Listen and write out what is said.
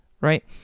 right